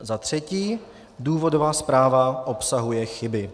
Za třetí, důvodová zpráva obsahuje chyby.